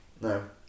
no